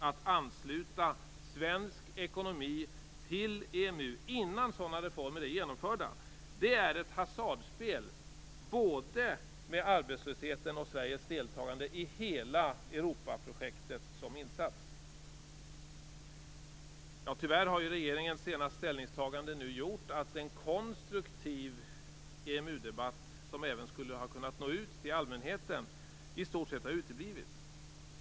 Att ansluta svensk ekonomi till EMU innan sådana reformer är genomförda är ett hasardspel både med arbetslösheten och med Sveriges deltagande i hela Europaprojektet som insats. Tyvärr har regeringens senaste ställningstagande gjort att en konstruktiv EMU-debatt, som även skulle ha kunnat nå ut till allmänheten, i stort sett har uteblivit.